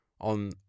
on